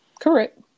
Correct